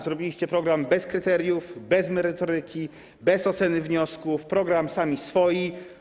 Zrobiliście program bez kryteriów, bez merytoryki, bez oceny wniosków, program sami swoi.